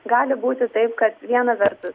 gali būti taip kad viena vertus